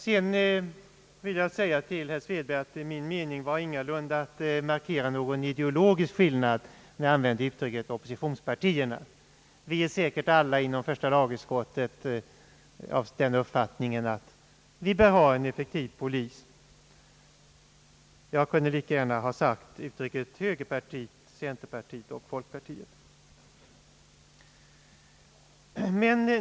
Vidare vill jag säga till herr Svedberg att det ingalunda var min mening att markera någon ideologisk skillnad när jag använde uttrycket »oppositionspartierna». Vi är säkerligen alla inom första lagutskottet av den uppfattningen att vi bör ha en effektiv polis. Jag kunde lika gärna ha begagnat orden högerpartiet, centerpartiet och folkpartiet.